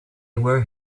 were